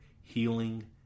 healing